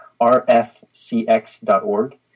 rfcx.org